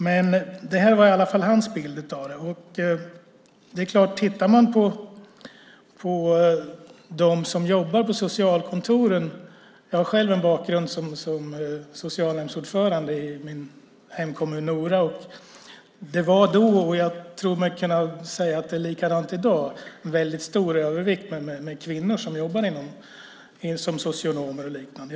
Men det här är i alla fall hans bild av det. Jag har själv en bakgrund som socialnämndsordförande i min hemkommun Nora. Det var då, och jag tror mig kunna säga att det är likadant i dag, en väldigt stor övervikt av kvinnor som jobbade som socionomer och liknande.